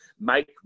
make